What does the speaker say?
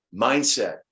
mindset